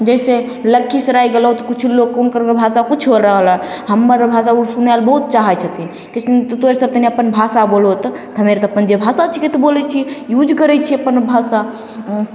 जैसे लखीसराय गेलहुँ तऽ किछु लोग हुनकर भाषा किछु होइ रहलय हइ हमर भाषा उ सुनय लए बहुत चाहय छथिन कहय छथिन तोँ सब कनि अपन भाषा बोलहो तऽ हम आरके जे अपन भाषा छिकै तऽ बोलय छियै यूज करय छियै अपन भाषा